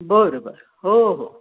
बरं बरं हो हो